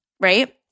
right